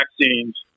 vaccines